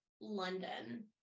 London